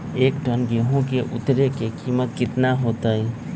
एक टन गेंहू के उतरे के कीमत कितना होतई?